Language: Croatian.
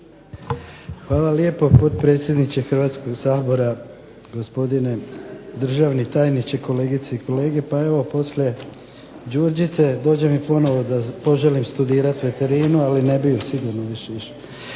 Hvala lijepo, potpredsjedniče Hrvatskoga sabora. Državni tajniče, kolegice i kolege. Pa evo poslije Đurđice dođe mi ponovo da poželim studirat veterinu, ali ne bih ju sigurno više išao.